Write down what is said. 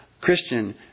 Christian